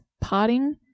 potting